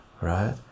right